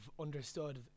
understood